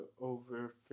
over